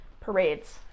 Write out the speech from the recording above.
parades